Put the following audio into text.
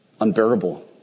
unbearable